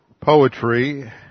poetry